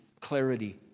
clarity